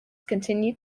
continued